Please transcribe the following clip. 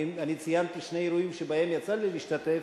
אני ציינתי שני אירועים שבהם יצא לי להשתתף.